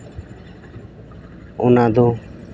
ᱚᱱᱟ ᱫᱚ